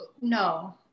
no